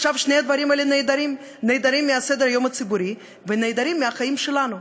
עכשיו שני הדברים האלה נעדרים מסדר-היום הציבורי ונעדרים מהחיים שלנו.